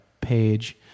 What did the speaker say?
page